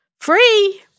free